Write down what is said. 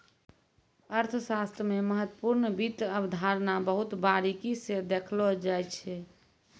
अर्थशास्त्र मे महत्वपूर्ण वित्त अवधारणा बहुत बारीकी स देखलो जाय छै